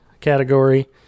category